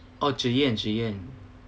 orh zhi yan zhi yan